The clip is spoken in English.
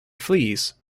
flees